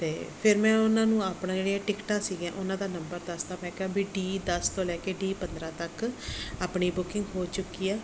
ਅਤੇ ਫਿਰ ਮੈਂ ਉਹਨਾਂ ਨੂੰ ਆਪਣਾ ਜਿਹੜੀਆਂ ਟਿਕਟਾਂ ਸੀਗੀਆਂ ਉਹਨਾਂ ਦਾ ਨੰਬਰ ਦੱਸ ਦਿੱਤਾ ਮੈਂ ਕਿਹਾ ਵੀ ਡੀ ਦਸ ਤੋਂ ਲੈ ਕੇ ਡੀ ਪੰਦਰਾਂ ਤੱਕ ਆਪਣੀ ਬੁਕਿੰਗ ਹੋ ਚੁੱਕੀ ਆ